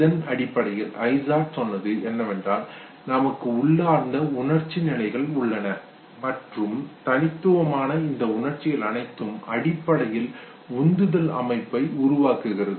இதன் அடிப்படையில் ஐசார்ட் சொன்னது என்னவென்றால் நமக்கு உள்ளார்ந்த உணர்ச்சி நிலைகள் உள்ளன மற்றும் தனித்துவமான இந்த உணர்ச்சிகள் அனைத்தும் அடிப்படையில் உந்துதல் அமைப்பை உருவாக்குகிறது